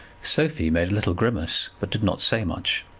sophie made a little grimace, but did not say much.